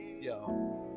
Yo